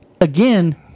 again